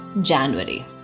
January